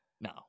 No